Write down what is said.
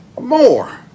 more